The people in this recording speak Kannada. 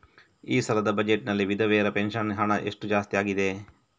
ಈ ಸಲದ ಬಜೆಟ್ ನಲ್ಲಿ ವಿಧವೆರ ಪೆನ್ಷನ್ ಹಣ ಎಷ್ಟು ಜಾಸ್ತಿ ಆಗಿದೆ?